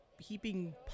heaping